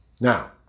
Now